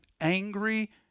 angry